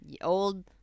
Old